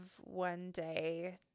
one-day